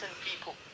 people